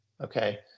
okay